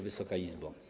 Wysoka Izbo!